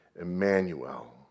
Emmanuel